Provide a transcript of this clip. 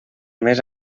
més